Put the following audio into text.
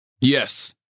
Yes